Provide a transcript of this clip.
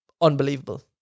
Unbelievable